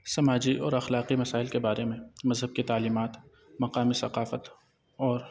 سماجی اور اخلاقی مسائل کے بارے میں مذہب کے تعلیمات مقامی ثقافت اور